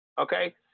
Okay